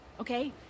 okay